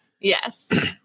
Yes